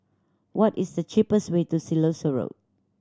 what is the cheapest way to Siloso Road